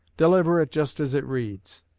deliver it just as it reads.